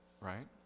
right